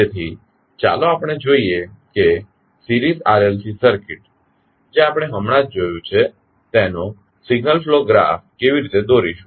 તેથી ચાલો આપણે જોઈએ કે સિરીઝ RLC સર્કિટ જે આપણે હમણાં જ જોયું છે તેનો સિગ્નલ ફ્લો ગ્રાફ કેવી રીતે દોરીશું